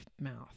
mouth